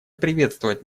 приветствовать